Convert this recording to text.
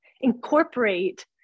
incorporate